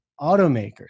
automakers